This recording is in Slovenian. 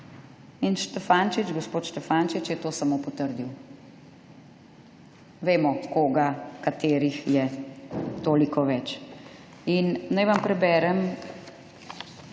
in gospod Štefančič je to samo potrdil. Vemo, koga, katerih je toliko več. Naj vam preberem,